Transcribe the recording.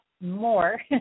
more